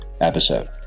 episode